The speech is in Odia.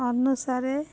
ଅନୁସାରେ